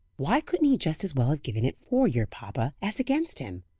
why couldn't he just as well have given it for your papa, as against him?